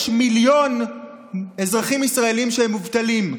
יש מיליון אזרחים ישראלים מובטלים.